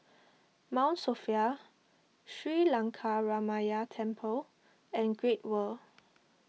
Mount Sophia Sri Lankaramaya Temple and Great World